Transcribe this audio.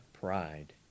pride